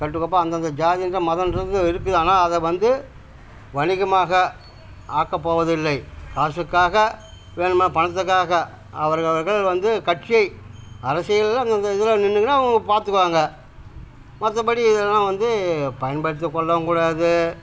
கட்டுக்கோப்பாக அந்தந்த ஜாதில மதம்றது இருக்குது ஆனால் அதை வந்து வணிகமாக ஆக்கப் போவது இல்லை காசுக்காக வேணுமா பணத்துக்காக அவர்கள் அவர்கள் வந்து கட்சி அரசியலில் அந்த அந்த இதில் நின்றுக்கின்னா அவங்கவுங்க பார்த்துக்குவாங்க மற்றபடி இதெல்லாம் வந்து பயன்படுத்தி கொள்ளவும் கூடாது